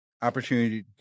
Opportunity